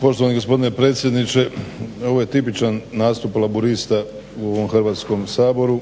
Poštovani gospodine predsjedniče. Ovo je tipičan nastup Laburista u ovom Hrvatskom saboru